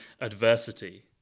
adversity